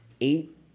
eight